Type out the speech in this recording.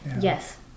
yes